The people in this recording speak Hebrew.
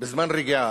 בזמן רגיעה,